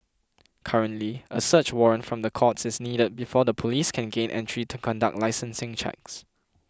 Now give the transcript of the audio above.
currently a search warrant from the courts is needed before the police can gain entry to conduct licensing checks